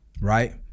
right